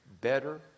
better